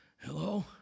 Hello